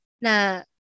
na